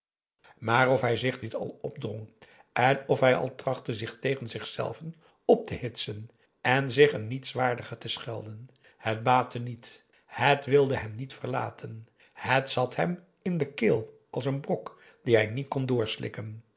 maar of hij zich dit al opdrong en of hij al trachtte zich tegen zichzelven op te hitsen en zich een nietswaardige te schelden het baatte niet het wilde hem niet verlaten het zat hem in de keel als een brok dien hij niet kon doorslikken